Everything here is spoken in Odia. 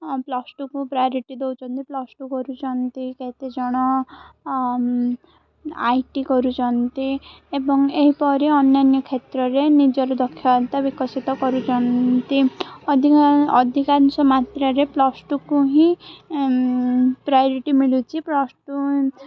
ପ୍ଲସ୍ ଟୁକୁ ପ୍ରାୟୋରିଟି ଦେଉଛନ୍ତି ପ୍ଲସ୍ ଟୁ କରୁଛନ୍ତି କେତେଜଣ ଆଇ ଟି କରୁଛନ୍ତି ଏବଂ ଏହିପରି ଅନ୍ୟାନ୍ୟ କ୍ଷେତ୍ରରେ ନିଜର ଦକ୍ଷତା ବିକଶିତ କରୁଛନ୍ତି ଅଧିକା ଅଧିକାଂଶ ମାତ୍ରାରେ ପ୍ଲସ୍ ଟୁକୁ ହିଁ ପ୍ରାୟୋରିଟି ମିଳୁଛି ପ୍ଲସ୍ ଟୁ